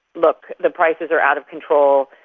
look, the prices are out of control,